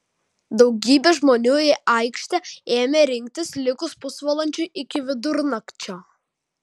daugybė žmonių į aikštę ėmė rinktis likus pusvalandžiui iki vidurnakčio